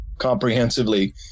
comprehensively